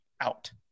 out